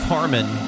Harmon